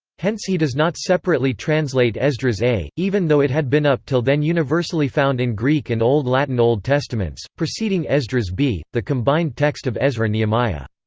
hence he does not separately translate esdras a even though it had been up til then universally found in greek and old latin old testaments, preceding esdras b, the combined text of ezra-nehemiah.